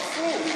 או הפוך.